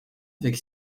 avec